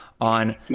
on